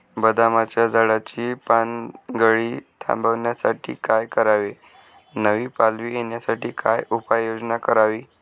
बदामाच्या झाडाची पानगळती थांबवण्यासाठी काय करावे? नवी पालवी येण्यासाठी काय उपाययोजना करावी?